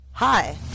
Hi